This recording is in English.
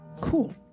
cool